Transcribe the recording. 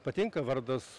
patinka vardas